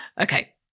Okay